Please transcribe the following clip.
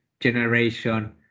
generation